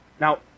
Now